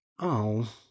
Oh